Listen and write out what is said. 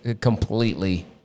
completely